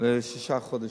לשישה חודשים.